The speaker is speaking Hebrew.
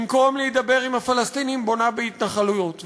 במקום להידבר עם הפלסטינים, בונה בהתנחלויות.